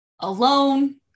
alone